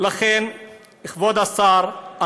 כבוד השר,